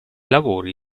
lavori